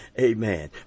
Amen